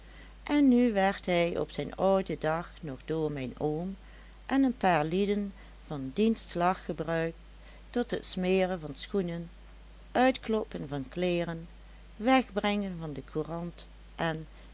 en nu werd hij op zijn ouden dag nog door mijn oom en een paar lieden van diens slag gebruikt tot het smeren van schoenen uitkloppen van kleeren wegbrengen van de courant en